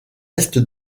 est